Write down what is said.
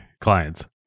clients